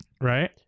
Right